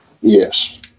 Yes